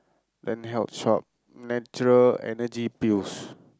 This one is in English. then health shop natural Energy Pills